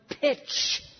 pitch